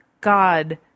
God